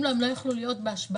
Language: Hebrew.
אחרת לא יוכלו להיות בהשבעה